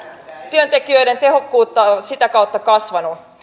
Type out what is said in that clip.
työntekijöiden tehokkuus sitä kautta kasvanut